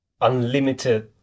Unlimited